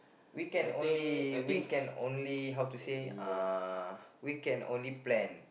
we can only we can only how to say uh we can only plan